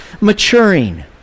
maturing